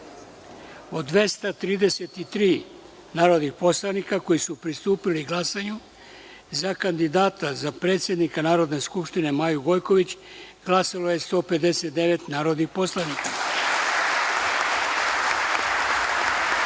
233 narodna poslanika koja su pristupila glasanju, za kandidata za predsednika Narodne skupštine Maju Gojković glasalo je 159 narodnih poslanika,